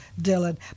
Dylan